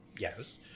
yes